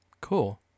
cool